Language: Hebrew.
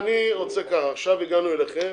עכשיו הגעתי אליכם.